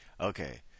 Okay